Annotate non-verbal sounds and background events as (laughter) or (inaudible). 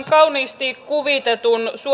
(unintelligible) kauniisti kuvitetun